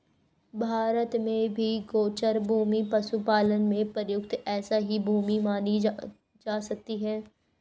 भारत में भी गोचर भूमि पशुपालन में प्रयुक्त ऐसी ही भूमि मानी जा सकती है